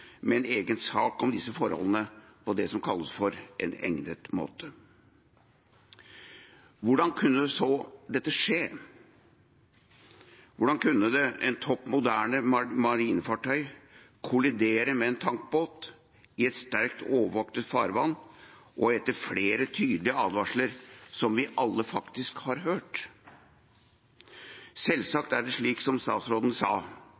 med en egen sak om disse forholdene på det som kalles «en egnet måte». Hvordan kunne dette skje? Hvordan kunne et topp moderne marinefartøy kollidere med en tankbåt i et sterkt overvåket farvann og etter flere tydelige advarsler som vi alle har hørt? Selvsagt sitter, som statsråden sa,